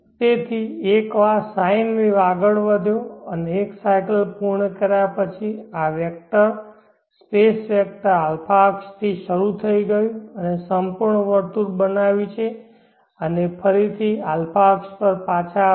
તેથી એકવાર sine wave આગળ વધ્યો અને 1 સાયકલ પૂર્ણ કર્યા પછી આ વેક્ટર સ્પેસ વેક્ટર α અક્ષ થી શરૂ થઈ ગયું છે અને સંપૂર્ણ વર્તુળ બનાવ્યું છે અને ફરીથી α અક્ષ પર પાછા આવશે